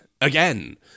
again